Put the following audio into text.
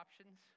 options